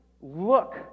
look